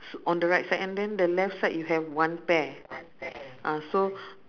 s~ on the right side and then the left side you have one pair ah so